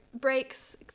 breaks